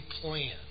plan